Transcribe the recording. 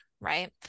right